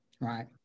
Right